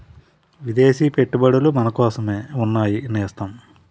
విదేశీ పెట్టుబడులు మనకోసమే ఉన్నాయి నేస్తం